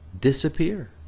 disappear